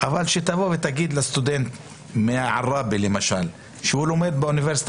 אבל אם תגיד לסטודנט מעראבה שלומד באוניברסיטה